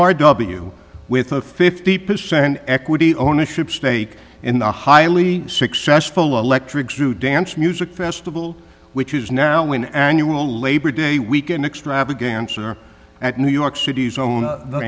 an r w with a fifty percent equity ownership stake in the highly successful electric through dance music festival which is now an annual labor day weekend extravaganza at new york city's own